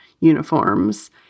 uniforms